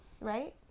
right